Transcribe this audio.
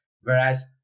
Whereas